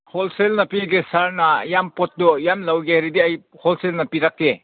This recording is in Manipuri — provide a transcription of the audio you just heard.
ꯍꯣꯜꯁꯦꯜꯗ ꯄꯤꯒꯦ ꯁꯥꯔꯅ ꯌꯥꯝ ꯄꯣꯠꯇꯣ ꯌꯥꯝ ꯂꯧꯒꯦ ꯍꯥꯏꯔꯗꯤ ꯑꯩ ꯍꯣꯜꯁꯦꯜꯗ ꯄꯤꯔꯛꯀꯦ